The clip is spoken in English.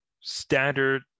standard